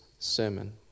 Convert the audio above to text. sermon